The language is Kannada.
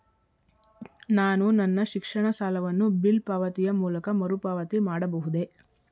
ನಾನು ನನ್ನ ಶಿಕ್ಷಣ ಸಾಲವನ್ನು ಬಿಲ್ ಪಾವತಿಯ ಮೂಲಕ ಮರುಪಾವತಿ ಮಾಡಬಹುದೇ?